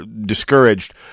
discouraged